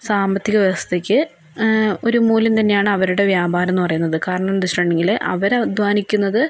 സാമ്പത്തിക വ്യവസ്ഥയ്ക്ക് ഒരു മൂല്യം തന്നെയാണ് അവരുടെ വ്യാപാരം എന്ന് പറയുന്നത് കാരണം എന്താന്ന് വെച്ചിട്ടുണ്ടെങ്കിൽ അവര് അധ്വാനിക്കുന്നത്